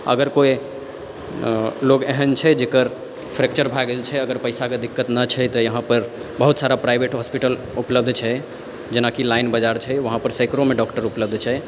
अगर कोइ अऽ लोग एहन छै जेकर फ्रैक्चर भए गेल छै अगर पैसाके दिक्कत नहि छै तऽ इहाँपर बहुत सारा प्राइवेट हॉस्पिटल उपलब्ध छै जेनाकि लाइन बजार छै उहाँ सेकड़ोमे डाॅक्टर उपलब्ध छै